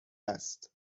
است